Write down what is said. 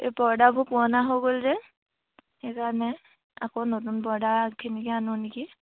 এই পৰ্দাবোৰ পুৰণা হৈ গ'ল যে সেইকাৰণে আকৌ নতুন পৰ্দাখিনিকে আনো নেকি